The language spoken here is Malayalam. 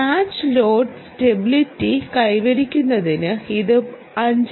മാച്ച് ലോഡ് സ്റ്റെബിലിറ്റി കൈവരിക്കുന്നതിന് ഇത് 5